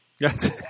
Yes